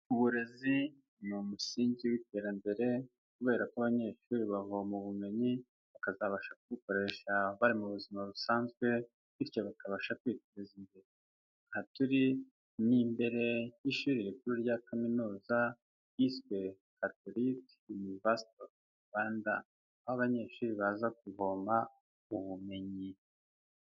Uburezi ni umusingi w'iterambere kubera ko abanyeshuri bavoma ubumenyi bakazabasha kubukoresha bari mu buzima busanzwe, bityo bakabasha kwiteza imbere, aha turi ni imbere y'ishuri rikuru rya kaminuza yiswe Catholic University of Rwanda, aho abanyeshuri baza kuvoma ubumenyi.